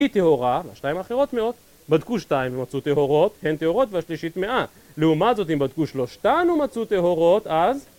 היא טהורה והשתיים האחרות טמאות. בדקו שתיים ומצאו טהורות, הן טהורות והשלישית טמאה. לעומת זאת אם בדקו שלושתן ומצאו טהורות אז